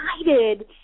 excited